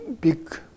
big